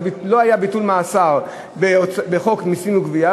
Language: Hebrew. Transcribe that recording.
לא היה ביטול מאסר בפקודת המסים (גבייה);